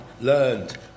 learned